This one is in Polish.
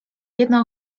jedna